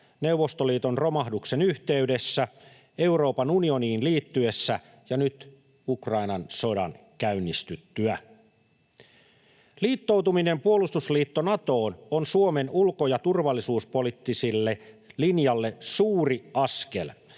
Neuvostoliiton romahduksen yhteydessä, Euroopan unioniin liittyessämme ja nyt Ukrainan sodan käynnistyttyä. Liittoutuminen puolustusliitto Natoon on Suomen ulko- ja turvallisuuspoliittiselle linjalle suuri askel.